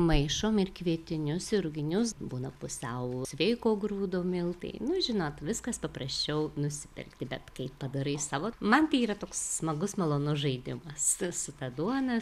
maišom ir kvietinius ir ruginius būna pusiau sveiko grūdo miltai nu žinot viskas paprasčiau nusipirkti bet kai padarai savo man tai yra toks smagus malonus žaidimas su ta duona